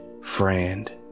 friend